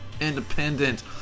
independent